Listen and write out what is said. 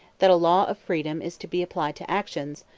that a law of freedom is to be applied to actions,